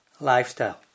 lifestyle